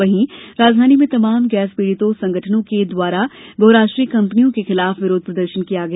वहीं राजधानी में तमाम गैस पीड़ितों संगठनों के द्वारा बहुराष्ट्रीय कंपनियों के खिलाफ विरोध प्रदर्शन किया गया